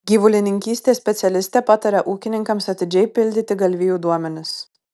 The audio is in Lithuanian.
gyvulininkystės specialistė pataria ūkininkams atidžiai pildyti galvijų duomenis